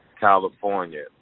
California